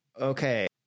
okay